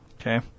Okay